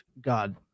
god